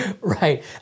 Right